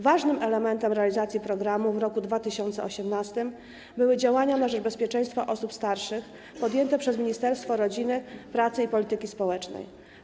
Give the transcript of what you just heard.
Ważnym elementem realizacji programu w roku 2018 były działania na rzecz bezpieczeństwa osób starszych podjęte przez Ministerstwo Rodziny, Pracy i Polityki Społecznej.